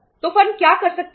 तो फर्म क्या कर सकती है